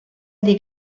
dir